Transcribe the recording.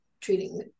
treating